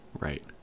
Right